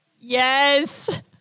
Yes